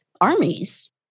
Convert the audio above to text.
armies